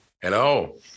Hello